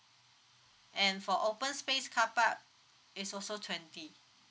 and for open space carpark is also twenty